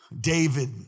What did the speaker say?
David